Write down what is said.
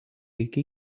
iki